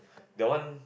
that one